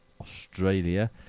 Australia